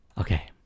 Okay